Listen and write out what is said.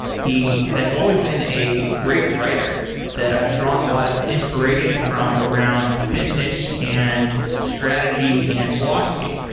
he has always been a great writer that i've drawn a lot of inspiration from around business, and strategy, and philosophy.